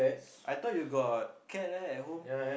I thought you got cat right at home